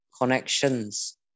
connections